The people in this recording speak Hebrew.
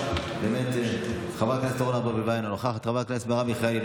אתם מוציאים את דיבתה של מדינת ישראל בהצעות חוק הזויות,